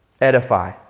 edify